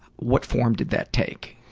what form did that take?